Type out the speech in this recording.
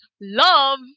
love